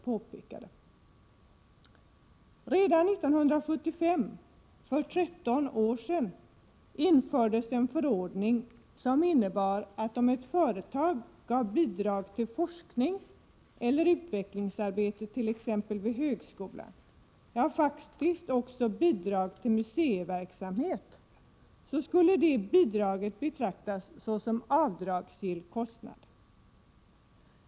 Redan 1975 — för 13 år sedan - infördes en förordning som innebar, att om ett företag gav bidrag till forskning eller utvecklingsarbete, t.ex. vid högskolan, ja faktiskt också till museiverksamhet, skulle bidraget betraktas som avdragsgill kostnad.